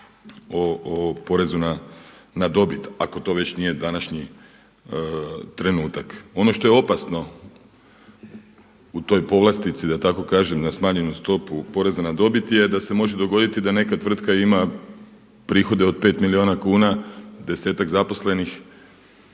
o porezu na dobit. Ako to već nije današnji trenutak. Ono što je opasno u toj povlastici da tako kažem na smanjenu stopu poreza na dobit je da se može dogoditi da neka tvrtka ima prihode od 5 milijuna kuna, desetak zaposlenih